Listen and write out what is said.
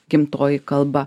gimtoji kalba